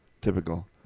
Typical